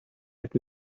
had